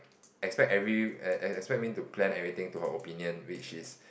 expect every err expect me to plan everything to her opinion which is